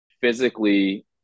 physically